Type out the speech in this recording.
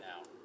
now